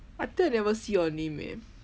I think I never see your name eh